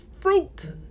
fruit